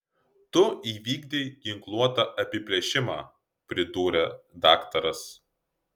tu įvykdei ginkluotą apiplėšimą pridūrė daktaras